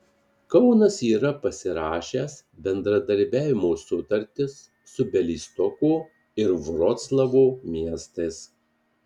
kaunas yra pasirašęs bendradarbiavimo sutartis su bialystoko ir vroclavo miestais